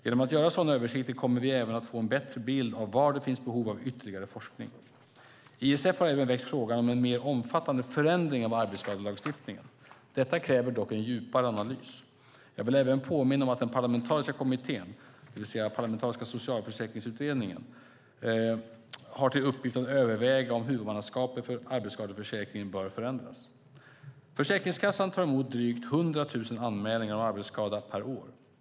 Genom att göra sådana översikter kommer vi även att få en bättre bild av var det finns behov av ytterligare forskning. ISF har även väckt frågan om en mer omfattande förändring av arbetsskadelagstiftningen. Detta kräver dock en djupare analys. Jag vill även påminna om att den parlamentariska kommittén, det vill säga Parlamentariska socialförsäkringsutredningen, har till uppgift att överväga om huvudmannaskapet för arbetsskadeförsäkringen bör förändras. Försäkringskassan tar emot drygt 100 000 anmälningar om arbetsskada per år.